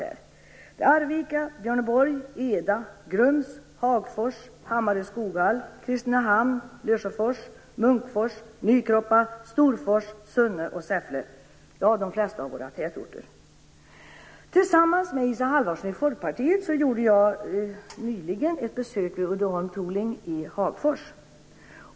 Det är Arvika, Björneborg, Eda, Grums, Hagfors, Hammarö, Skoghall, Kristinehamn, Lesjöfors, Munkfors, Nykroppa, Storfors, Sunne och Säffle - de flesta av våra tätorter! Tillsammans med Isa Halvarsson i Folkpartiet gjorde jag nyligen ett besök vid Uddeholm Tooling i Hagfors.